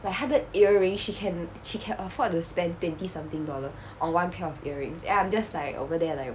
the habit earring she can she can afford to spend twenty something dollar on one pair of earrings and I'm just like over there like